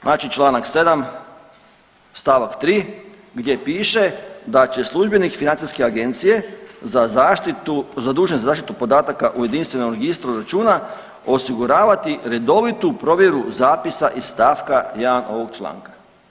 Znači Članak 7. stavak 3. gdje piše da će službenik financijske agencije za zaštitu, zadužen za zaštitu podataka u jedinstvenom registru računa osiguravati redovitu provjeru zapisa iz stavka 1. ovog članka.